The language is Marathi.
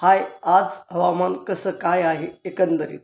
हाय आज हवामान कसं काय आहे एकंदरीत